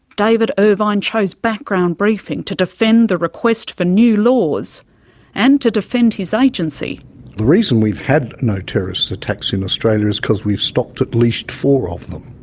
david irvine chose background briefing to defend the request for new laws and to defend his agency. the reason we've had no terrorist attacks in australia is because we've stopped at least four of them.